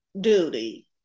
duty